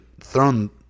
thrown